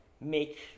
make